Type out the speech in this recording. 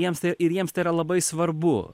jiems ir jiems tai yra labai svarbu